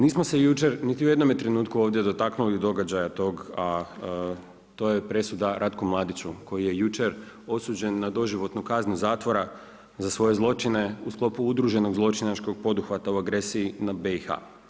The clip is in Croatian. Nismo se jučer niti u jednom trenutku ovdje dotaknuli događaja, a to je presuda Ratku Mladiću koji je jučer osuđen na doživotnu kaznu zatvora za svoje zločine u sklopu udruženog zločinačkog poduhvata u agresiji na BiH.